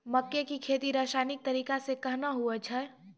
मक्के की खेती रसायनिक तरीका से कहना हुआ छ?